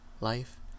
life